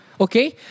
okay